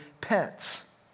pets